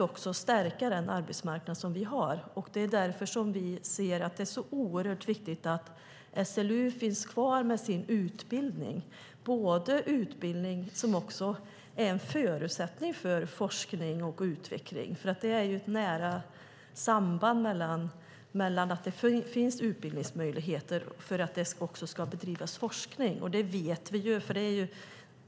Därför är det viktigt att SLU finns kvar med både sin utbildning som är en förutsättning för forskning och utveckling. Att det finns ett tydligt samband mellan utbildningsmöjligheter och forskning vet vi.